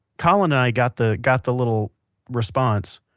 colin and i got the got the little response,